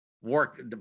work